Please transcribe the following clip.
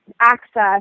access